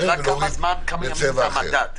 השאלה כמה ימים זה מדד.